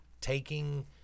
taking